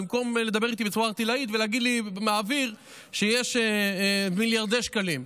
במקום לדבר איתי בצורה ערטילאית ולהגיד לי באוויר שזה מיליארדי שקלים.